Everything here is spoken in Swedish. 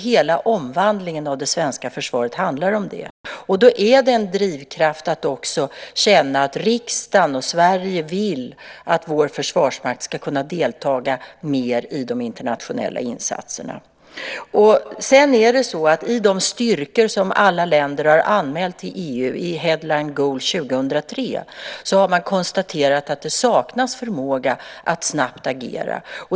Hela omvandlingen av det svenska försvaret handlar om det. Då är det en drivkraft att också känna att riksdagen och Sverige vill att vår försvarsmakt ska kunna delta mer i de internationella insatserna. Sedan är det så att i de styrkor som alla länder har anmält till EU i Headline goal 2003 har man konstaterat att det saknas förmåga att snabbt agera.